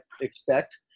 expect